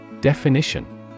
Definition